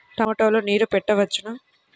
టమాట లో నీరు పెట్టవచ్చునా?